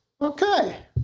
Okay